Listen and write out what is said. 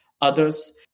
others